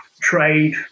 trade